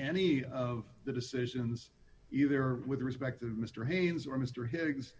any of the decisions either with respect to mr haynes or mr higgs